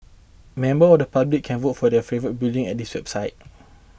members of the public can vote for their favourite building at the website